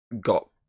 got